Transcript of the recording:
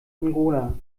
angola